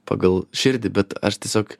pagal širdį bet aš tiesiog